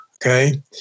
Okay